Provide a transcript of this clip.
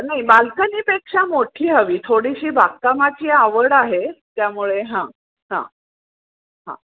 नाही बालकनीपेक्षा मोठी हवी थोडीशी बागकामाची आवड आहे त्यामुळे हां हां हां